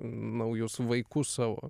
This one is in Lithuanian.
naujus vaikus savo